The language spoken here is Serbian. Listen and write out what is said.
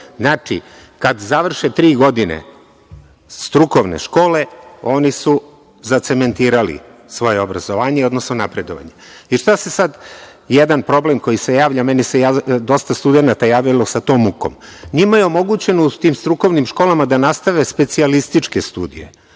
kada završe tri godine strukovne škole oni su zacementirali svoje obrazovanje, odnosno napredovanje. Sada se javlja jedan problem. Meni se dosta studenata javilo sa tom mukom. Njima je omogućeno u tim strukovnim školama da nastave specijalističke studije,